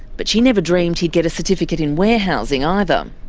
but she never dreamed he'd get a certificate in warehousing either.